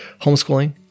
homeschooling